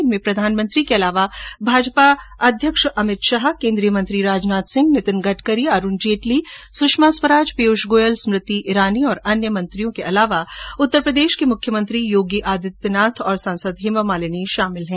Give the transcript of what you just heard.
इनमें प्रधानमंत्री के अलावा भाजपा अध्यक्ष अमित शाह केन्द्रीय मंत्री राजनाथ सिंह नितिन गडकरी अरूण जेटली सुषमा स्वराज पीयूष गोयल स्मृति ईरानी और अन्य मंत्रियों के अलावा उत्तरप्रदेश के मुख्यमंत्री योगी आदित्यनाथ और सांसद हेमा मालिनी शामिल हैं